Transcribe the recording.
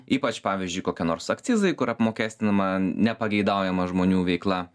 ypač pavyzdžiui kokie nors akcizai kur apmokestinama nepageidaujama žmonių veikla